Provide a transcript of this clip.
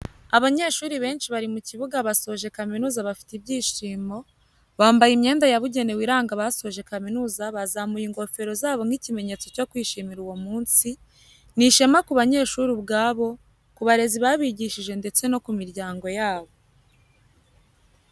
Abanyeshuri benshi bari mu kibuga basoje kamizuza bafite ibyishimo, bambaye imyenda yabugenewe iranga abasoje kaminuza bazamuye ingofero zabo nk'ikimenyetso cyo kwishimira uwo munsi, ni ishema ku banyeshuri ubwabo, ku barezi babigishije ndetse no ku miryango yabo.